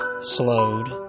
slowed